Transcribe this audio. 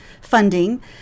funding